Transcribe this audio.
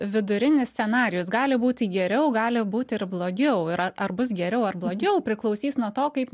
vidurinis scenarijus gali būti geriau gali būti ir blogiau yra ar bus geriau ar blogiau priklausys nuo to kaip